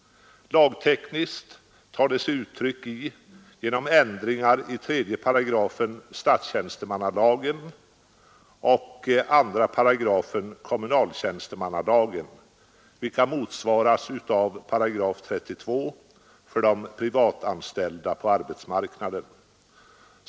Lagtekniskt får detta formen av ändringar i 3 § statstjänstemannalagen och 2 § kommunaltjänstemannalagen, vilka motsvaras av § 32 för de privatanställda på arbetsmarknaden.